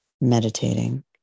Meditating